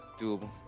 Doable